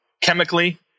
chemically